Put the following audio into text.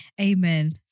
Amen